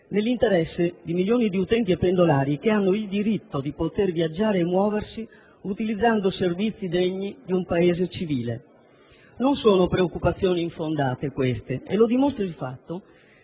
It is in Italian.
nell'interesse di milioni di utenti e pendolari che hanno il dritto di poter viaggiare e muoversi utilizzando servizi degni di un Paese civile. Queste non sono preoccupazioni infondate e lo dimostra il fatto